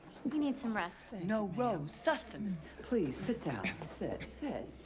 you need some rest. no, rose, sustenance. please, sit down. sit, sit.